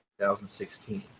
2016